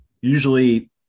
usually